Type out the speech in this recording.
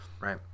right